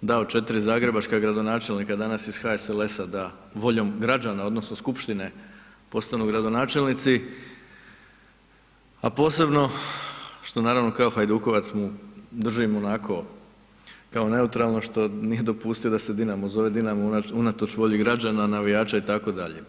dao 4 zagrebačka gradonačelnika danas iz HSLS-a da voljom građana odnosno skupštine postanu gradonačelnici, a posebno što naravno kao Hajdukovac mu držim onako kao neutralno što nije dopustio da se Dinamo zove Dinamo unatoč volji građana, navijača itd.